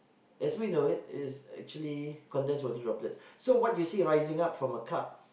as we know it is actually condensed water droplets so what you see riding up from a cup